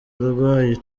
abarwayi